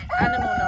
animal